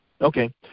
Okay